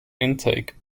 intake